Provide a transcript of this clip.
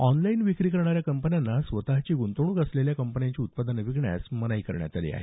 online विक्री करणाऱ्या कंपन्यांना स्वतची गृंतवणूक असलेल्या कंपन्यांची उत्पादनं विकण्यास मनाई करण्यात आली आहे